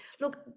look